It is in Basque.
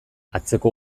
atzeko